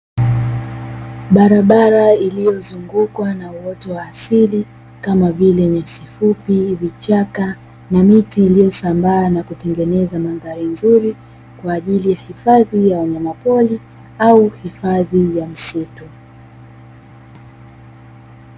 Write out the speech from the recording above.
Barabara iliyozungukwa na uoto wa asili kama vile: nyasi fupi, vichaka na miti; iliyosambaa na kutengeneza mandhari nzuru kwa ajili ya hifadhi ya wanyamapori au hifadhi ya msitu.